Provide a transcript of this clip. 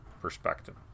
perspective